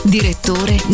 Direttore